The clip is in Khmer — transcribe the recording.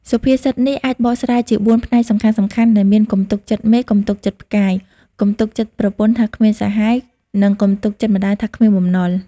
សុភាសិតនេះអាចបកស្រាយជាបួនផ្នែកសំខាន់ៗដែលមាន៖ កុំទុកចិត្តមេឃ កុំទុកចិត្តផ្កាយ កុំទុកចិត្តប្រពន្ធថាគ្មានសហាយ និងកុំទុកចិត្តម្តាយថាគ្មានបំណុល។